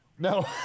No